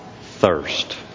thirst